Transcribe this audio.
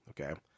Okay